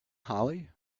hollie